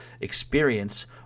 experience